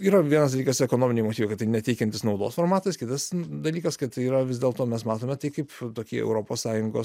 yra vienas dalykas ekonominiai motyvai kad tai neteikiantis naudos formatas kitas dalykas kad tai yra vis dėl to mes matome tai kaip tokį europos sąjungos